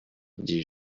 dis